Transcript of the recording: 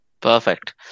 Perfect